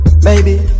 Baby